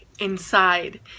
inside